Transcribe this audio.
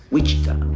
Wichita